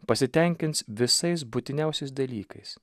pasitenkins visais būtiniausiais dalykais